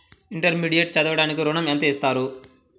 Intermediate చదవడానికి ఋణం ఎంత ఇస్తారు?